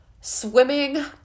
Swimming